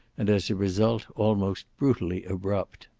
and as a result almost brutally abrupt.